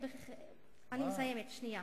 שנייה.